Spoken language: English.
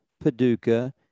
Paducah